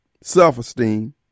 self-esteem